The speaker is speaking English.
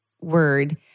word